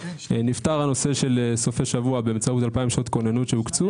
נפתר הסיפור של סופי שבוע באמצעות 2,000 שעות כוננות שהוקצו.